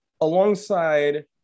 alongside